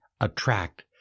attract